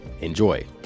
Enjoy